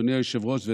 אדוני היושב-ראש,